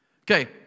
Okay